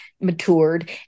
matured